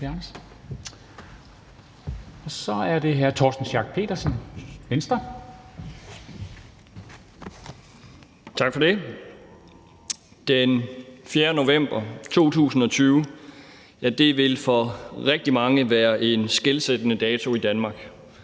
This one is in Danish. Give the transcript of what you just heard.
(Ordfører) Torsten Schack Pedersen (V): Tak for det. Den 4. november 2020 vil for rigtig mange være en skelsættende dato i Danmark,